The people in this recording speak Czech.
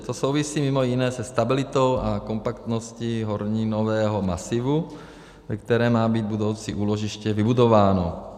To souvisí mimo jiné se stabilitou a kompaktností horninového masivu, ve kterém má být budoucí úložiště vybudováno.